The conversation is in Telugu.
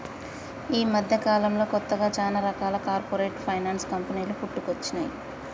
యీ మద్దెకాలంలో కొత్తగా చానా రకాల కార్పొరేట్ ఫైనాన్స్ కంపెనీలు పుట్టుకొచ్చినై